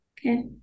Okay